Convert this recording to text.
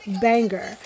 banger